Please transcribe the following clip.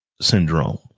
syndrome